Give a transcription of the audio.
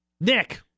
Nick